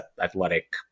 athletic